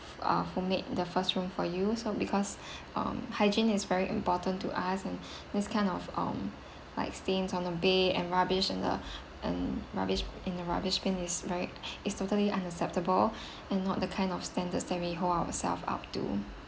uh who made the first room for you so because um hygiene is very important to us and this kind of um like stains on the bed and rubbish in the and rubbish in the rubbish bin is right is totally unacceptable and not the kind of standards that we hold ourselves up to